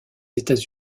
états